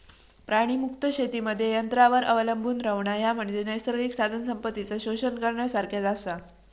प्राणीमुक्त शेतीमध्ये यंत्रांवर अवलंबून रव्हणा, ह्या म्हणजे नैसर्गिक साधनसंपत्तीचा शोषण करण्यासारखाच आसा